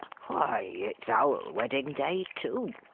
why, it's our wedding-day too,